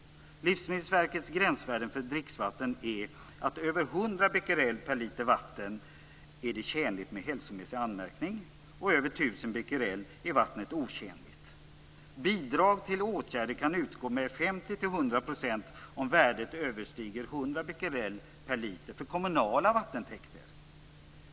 Livsmedelsverkets gränsvärden för dricksvatten är att det vid över 100 becquerel per liter vatten är tjänligt med hälsomässig anmärkning. Vid över 1 000 becquerel är vattnet otjänligt. Bidrag till åtgärder kan utgå med 50-100 % om värdet överstiger 100 becquerel per liter för kommunala vattentäkter.